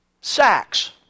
sacks